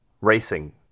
racing